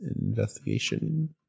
investigation